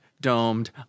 domed